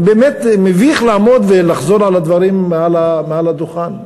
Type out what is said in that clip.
באמת מביך לעמוד ולחזור על הדברים מעל הדוכן.